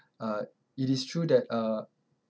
uh it is true that uh